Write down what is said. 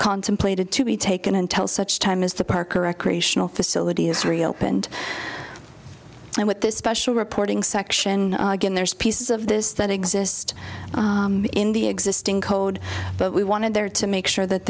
contemplated to be taken until such time as the park or recreational facility is real and what this special reporting section again there's pieces of this that exist in the existing code but we wanted there to make sure that